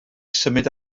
symud